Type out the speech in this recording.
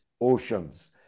oceans